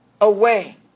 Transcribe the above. away